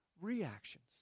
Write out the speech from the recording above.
reactions